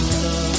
love